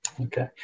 Okay